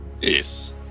Yes